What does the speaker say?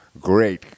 great